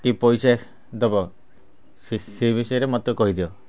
କି ପଇସା ଦେବ ସେ ସେ ବିଷୟରେ ମୋତେ କହିଦିଅ